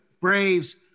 Braves